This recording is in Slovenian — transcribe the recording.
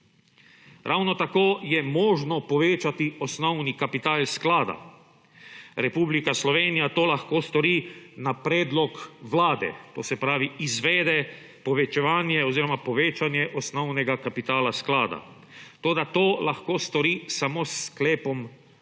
Ravno tako je možno povečati osnovni kapital sklada. Republika Slovenija to lahko stori na predlog vlade, se pravi, izvede povečevanje oziroma povečanje osnovnega kapitala sklada. Toda to lahko stori samo s sklepom